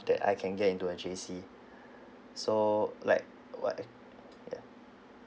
that I can get into a J_C so like uh what uh ya